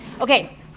Okay